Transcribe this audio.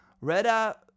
Reda